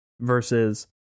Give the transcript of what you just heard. versus